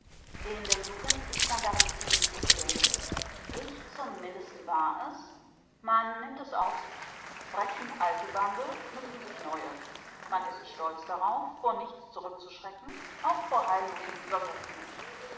in der jugend ist man darin ziemlich unbedenklich ich zum mindesten war es man nimmt es auf sich brechen alte bande knüpfen sich neue man ist stolz darauf vor nichts zurückzuschrecken auch vor heillosen übergriffen nicht